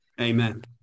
Amen